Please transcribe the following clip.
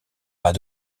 pas